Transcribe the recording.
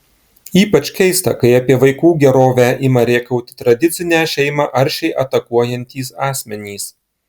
ypač keista kai apie vaikų gerovę ima rėkauti tradicinę šeimą aršiai atakuojantys asmenys